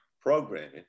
programming